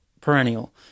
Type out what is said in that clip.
perennial